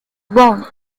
bone